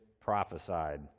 prophesied